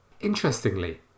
Interestingly